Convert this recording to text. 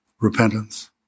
repentance